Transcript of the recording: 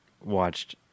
watched